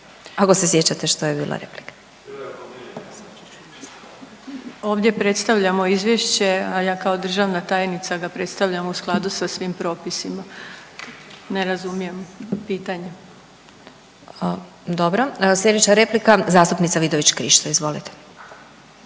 Vuksanović, Irena (HDZ)** Ovdje predstavljamo izvješće, a ja kao državna tajnica ga predstavljam u skladu sa svim propisima. Ne razumijem pitanje. **Glasovac, Sabina (SDP)** Dobro. Slijedeća replika zastupnica Vidović Krišto, izvolite.